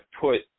put